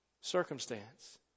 circumstance